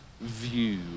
view